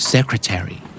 Secretary